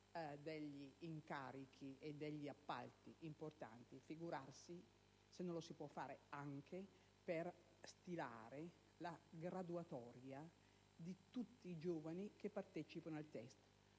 per incarichi e appalti importanti, figurarsi se non può attivarsi anche per stilare la graduatoria di tutti i giovani che partecipano al test.